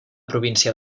província